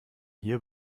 hier